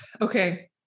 Okay